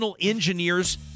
Engineers